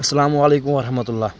اسلامُ علیکم ورحمتہ اللہ